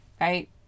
right